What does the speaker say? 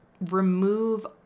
remove